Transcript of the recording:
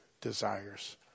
desires